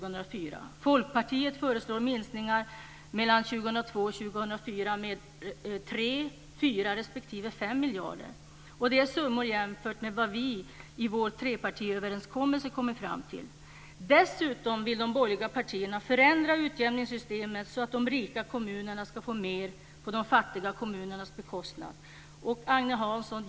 Dessa summor är jämförelser med vad vi i vår trepartiöverenskommelse kommit fram till. Dessutom vill de borgerliga partierna förändra utjämningssystemet så att de rika kommunerna ska få mer på de fattiga kommunernas bekostnad. Agne Hansson!